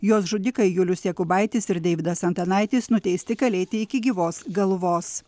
jos žudikai julius jakubaitis ir deividas antanaitis nuteisti kalėti iki gyvos galvos